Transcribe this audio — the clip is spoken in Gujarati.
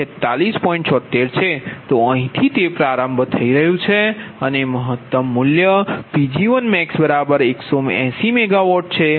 76 છે તો અહીંથી તે પ્રારંભ થઈ રહ્યું છે અને મહત્તમ મૂલ્ય Pg1max180MW છે